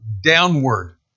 downward